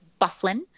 Bufflin